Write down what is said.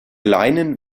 leinen